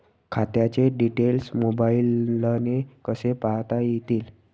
खात्याचे डिटेल्स मोबाईलने कसे पाहता येतील?